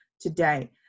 today